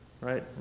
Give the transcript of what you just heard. right